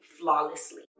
flawlessly